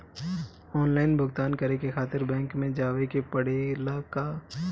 Online भुगतान करे के खातिर बैंक मे जवे के पड़ेला का?